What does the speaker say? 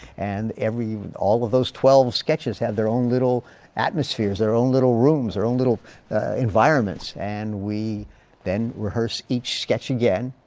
and every all of those twelve sketches have their own little atmospheres, their own little rooms, their own little environments. and we then rehearse each sketch again.